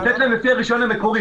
לתת להם היתר לרישיון המקורי.